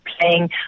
playing